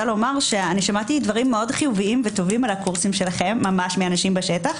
שמעתי דברים מאוד חיוביים וטובים על הקורסים שלכם מאנשים בשטח,